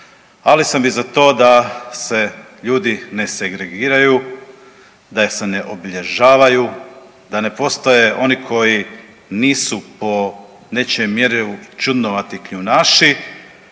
ali sam i za to da se ljudi ne segregiraju, da se ne obilježavaju, da ne postoje oni koji nisu po nečijem mjerilu čudnovati kljunaši